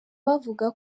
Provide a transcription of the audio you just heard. bavuga